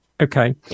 Okay